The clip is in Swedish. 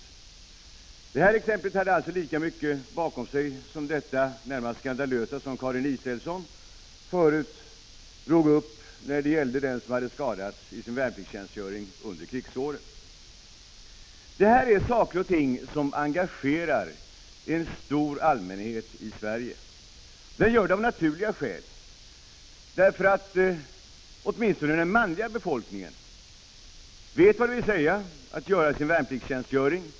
I detta exempel fanns det alltså en lika lång historia bakom som i det närmast skandalösa exempel med en man som hade skadats i sin värnpliktstjänstgöring under krigsåren som Karin Israelsson tidigare anförde. Detta är saker och ting som engagerar en stor allmänhet i Sverige, och det av naturliga skäl. Åtminstone den manliga befolkningen vet vad det vill säga att göra sin värnplikt.